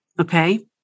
Okay